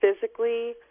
physically